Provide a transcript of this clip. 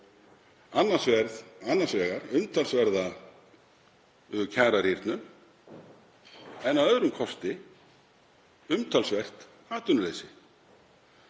annars vegar umtalsverða kjararýrnun en að öðrum kosti umtalsvert atvinnuleysi.